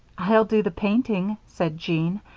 i'll do the painting, said jean.